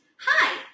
hi